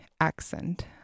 accent